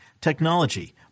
technology